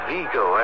Vigo